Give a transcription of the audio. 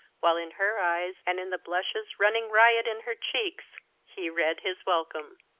while in her eyes and in the blushes running riot in her cheeks he read his welcome.